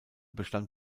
bestand